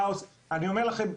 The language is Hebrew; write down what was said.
אני אומר לכם,